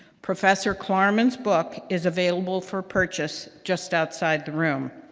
professor klarman's book is available for purchase just outside the room.